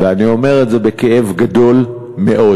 ואני אומר את זה בכאב גדול מאוד.